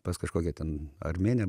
pas kažkokią ten armėnę